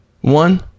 one